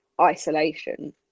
isolation